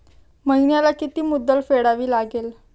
महिन्याला किती मुद्दल फेडावी लागेल?